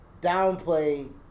downplay